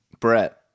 Brett